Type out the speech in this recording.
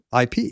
IP